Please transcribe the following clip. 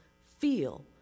feel